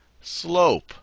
slope